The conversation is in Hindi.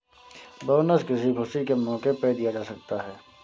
बोनस किसी खुशी के मौके पर दिया जा सकता है